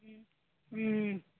ও ও